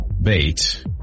Bait